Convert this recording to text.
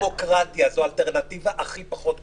זה האלטרנטיבה הכי פחות גרועה.